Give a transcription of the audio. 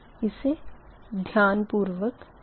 इसे ध्यान पूर्वक करें